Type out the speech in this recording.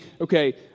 okay